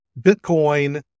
Bitcoin